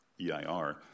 EIR